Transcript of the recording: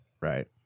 Right